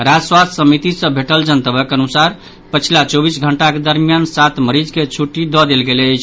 राज्य स्वास्थ्य समिति सँ भेटल जनतबक अनुसार पछिला चौबीस घंटाक दरमियान सात मरीज के छुट्टी दऽ देल गेल अछि